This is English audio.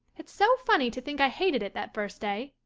it's so funny to think i hated it that first day.